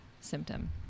symptom